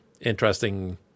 interesting